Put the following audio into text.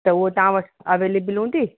त हू तव्हां वटि अवेलेबल हूंदी